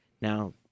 Now